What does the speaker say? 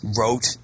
wrote